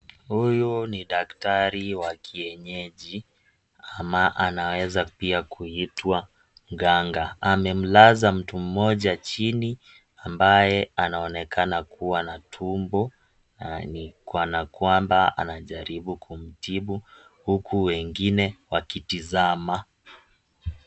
Huyu ni daktari wa kienyeji, ama anaweza pia kuitwa mganga. Amemlaza mtu mmoja chini ambaye anaonekana kuwa na tumbo na ni kwana kwamba anajaribu kumtibu huku wengine wakitizama.